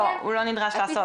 לא, הוא לא נדרש לעשות.